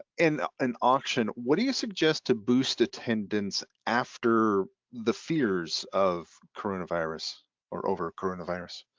and an auction, what do you suggest to boost attendance after the fears of coronavirus or over coronavirus?